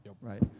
right